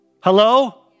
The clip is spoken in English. Hello